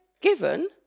given